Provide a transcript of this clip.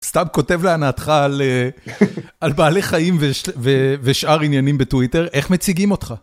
סתם כותב להנהתך על בעלי חיים ושאר עניינים בטוויטר, איך מציגים אותך?